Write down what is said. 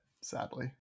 sadly